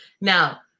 now